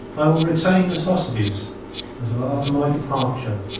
i will retain as hostages until after my departure,